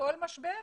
כל משבר,